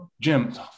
jim